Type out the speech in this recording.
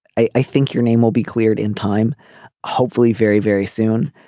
i i think your name will be cleared in time hopefully very very soon.